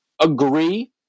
agree